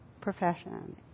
profession